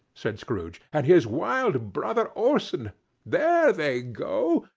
said scrooge, and his wild brother, orson there they go!